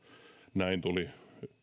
näin tuli